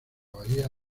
bahía